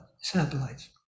satellites